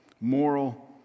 moral